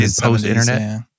post-internet